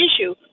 issue